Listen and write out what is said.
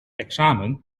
examen